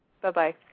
Bye-bye